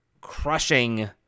crushing